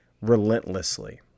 relentlessly